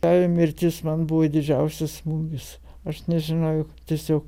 tėvelio mirtis man buvo didžiausias smūgis aš nežinojau tiesiog